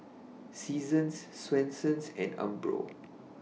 Seasons Swensens and Umbro